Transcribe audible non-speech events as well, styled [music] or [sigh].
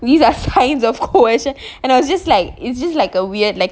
these are signs of coercion [breath] and I was just like is this like a weird like